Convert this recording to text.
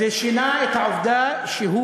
זה שינה את העובדה שהוא,